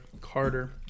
Carter